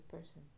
person